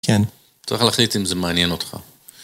כן. צריך להחליט אם זה מעניין אותך.